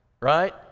Right